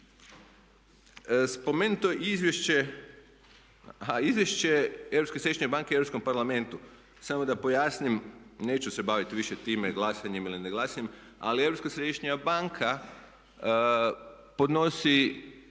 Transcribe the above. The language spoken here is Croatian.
a izvješće Europske središnje banke u Europskom parlamentu, samo da pojasnim, neću se baviti više time glasanjem ili ne glasanjem ali Europska središnja banka podnosi